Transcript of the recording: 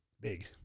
big